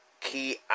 key